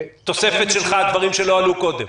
תוספת שלך, הדברים שלא עלו קודם.